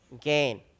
gain